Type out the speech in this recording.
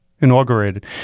inaugurated